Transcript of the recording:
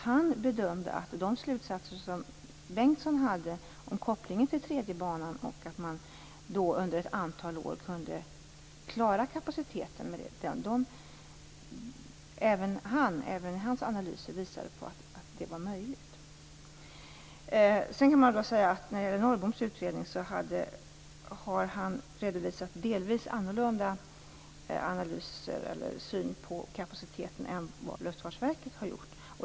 Han bedömde att Bengtssons slutsatser om kopplingen till den tredje banan och att man under ett antal år kunde klara kapaciteten med denna var riktiga. Även hans analyser visade att det var möjligt. Sedan har Norrbom redovisat en delvis annorlunda syn på kapaciteten än vad Luftfartsverket har gjort.